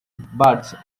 barge